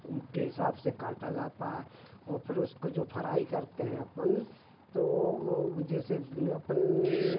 के हिसाब से काटा जाता है वह फिर उसको जो फराई करते हैं अपन तो जैसे अपन